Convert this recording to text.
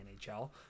NHL